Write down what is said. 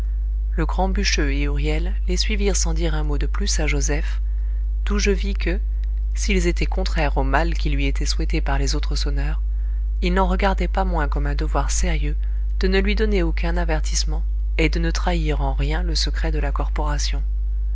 le grand bûcheux et huriel les suivirent sans dire un mot de plus à joseph d'où je vis que s'ils étaient contraires au mal qui lui était souhaité par les autres sonneurs ils n'en regardaient pas moins comme un devoir sérieux de ne lui donner aucun avertissement et de ne trahir en rien le secret de la corporation